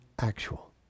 actual